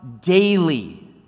daily